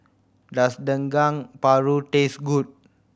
does Dendeng Paru taste good